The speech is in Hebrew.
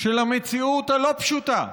של המציאות הלא-פשוטה,